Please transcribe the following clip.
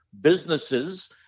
businesses